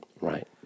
right